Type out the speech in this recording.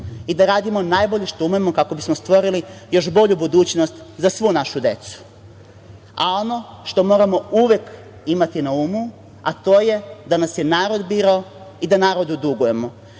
i da radimo najbolje što umemo, kako bismo stvorili još bolju budućnost za svu našu decu. Ono što moramo uvek imati na umu, to je da nas je narod birao i da narodu dugujemo.